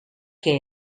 que